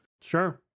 Sure